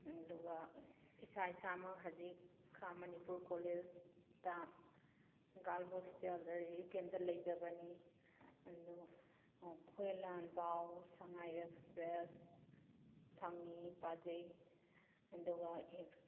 ꯑꯗꯨꯒ ꯏꯁꯥ ꯏꯁꯥꯃꯛ ꯍꯧꯖꯤꯛ ꯈꯥ ꯃꯅꯤꯄꯨꯔ ꯀꯣꯂꯦꯖꯇ ꯒꯥꯔꯜ ꯍꯣꯁꯇꯦꯜꯗ ꯔꯤꯂꯤꯐ ꯀꯦꯝꯗ ꯂꯩꯖꯕꯅꯤ ꯑꯗꯨ ꯍꯨꯌꯦꯟ ꯂꯥꯟꯄꯥꯎ ꯁꯉꯥꯏ ꯑꯦꯛꯁꯄ꯭ꯔꯦꯁ ꯐꯪꯉꯤ ꯄꯥꯖꯩ ꯑꯗꯨꯒ